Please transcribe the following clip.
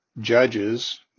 judges